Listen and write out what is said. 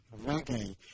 reggae